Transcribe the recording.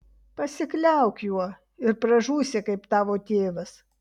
pasikliauk juo ir pražūsi kaip tavo tėvas